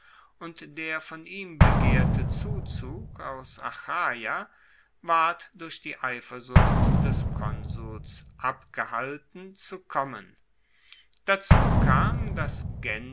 und der von ihm begehrte zuzug aus achaia ward durch die eifersucht des konsuls abgehalten zu kommen dazu kam dass